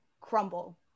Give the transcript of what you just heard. crumble